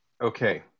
Okay